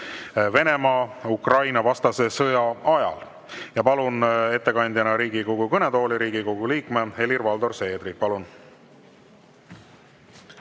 Venemaa Ukraina‑vastase sõja ajal. Palun ettekandjana Riigikogu kõnetooli Riigikogu liikme Helir-Valdor Seedri. Palun!